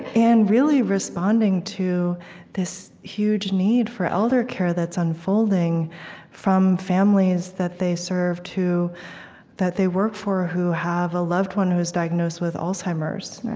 and, really, responding to this huge need for elder care that's unfolding from families that they served, that they work for, who have a loved one who is diagnosed with alzheimer's,